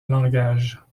langages